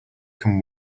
can